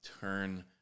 turn